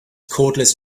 cordless